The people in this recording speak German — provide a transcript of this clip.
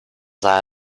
sah